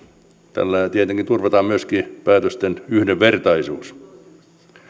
tällä tietenkin turvataan myöskin päätösten yhdenvertaisuus